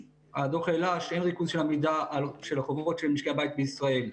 הדוח העלה שאין ריכוז של עמידה בחובות של משקי הבית בישראל,